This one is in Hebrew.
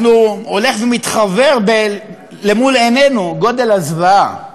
הולך ומתחוור למול עינינו גודל הזוועה.